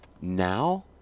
now